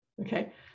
okay